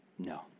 No